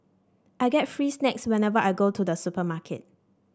I get free snacks whenever I go to the supermarket